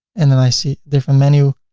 and then i see different menu.